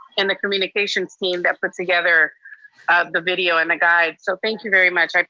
and the communications team that put together the video and the guide. so thank you very much, ah